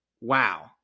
wow